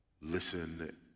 listen